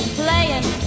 playing